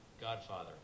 godfather